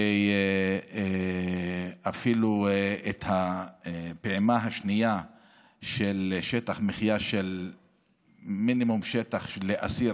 ואפילו הפעימה השנייה של שטח מחיה מינימלי לאסיר